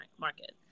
market